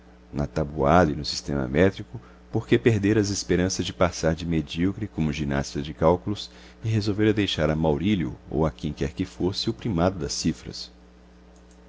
na tatuada e no sistema métrico porque perdera as esperanças de passar de medíocre como ginasta de cálculos e resolvera deixar a maurílio ou a quem quer que fosse o primado das cifras